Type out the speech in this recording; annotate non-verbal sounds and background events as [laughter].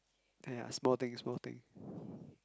!aiya! small thing small thing [breath]